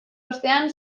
ostean